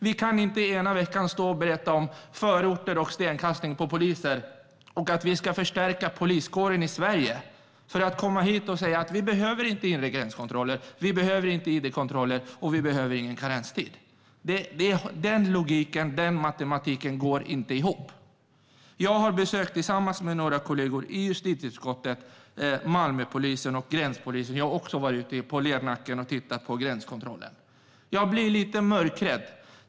Vi kan inte ena veckan stå och berätta om förorter och stenkastning på poliser och säga att vi ska förstärka poliskåren och sedan komma hit och säga: Vi behöver inte inre gränskontroller, vi behöver inte id-kontroller och vi behöver ingen karenstid. Den logiken och matematiken går inte ihop. Jag har tillsammans med några kollegor i justitieutskottet besökt Malmöpolisen och gränspolisen. Jag har också varit ute på Lernacken och tittat på gränskontrollen. Jag blir lite mörkrädd.